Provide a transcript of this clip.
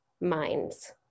minds